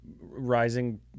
Rising